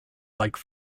like